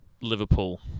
Liverpool